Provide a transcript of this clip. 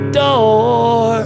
door